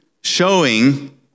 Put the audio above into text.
showing